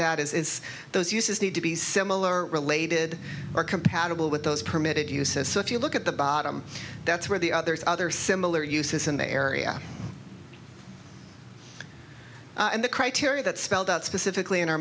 is those uses need to be similar related are compatible with those permitted uses so if you look at the bottom that's where the other is other similar uses in the area and the criteria it spelled out specifically in our